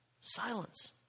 Silence